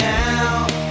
now